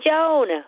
Joan